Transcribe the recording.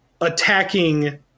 attacking